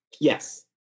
Yes